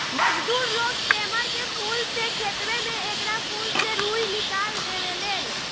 मजदूर लोग सेमर के फूल से खेतवे में एकरा फूल से रूई निकाल देवे लेन